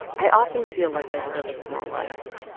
i often feel like i live a small life,